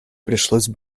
пришлось